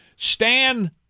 stan